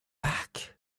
back